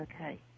okay